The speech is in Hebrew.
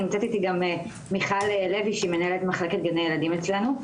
נמצאת איתי גם מיכל לוי שהיא מנהלת מחלקת גני הילדים אצלנו.